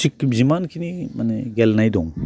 थिक जेसेबांखिनि माने गेलेनाय दं